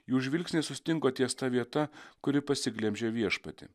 jų žvilgsnis sustingo ties ta vieta kuri pasiglemžė viešpatį